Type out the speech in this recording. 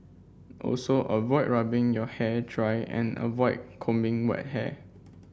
also avoid rubbing your hair dry and avoid combing wet hair